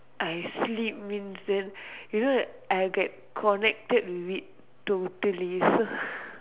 I sleep means then you know that I'll get connected with it totally so